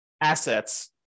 assets